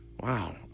wow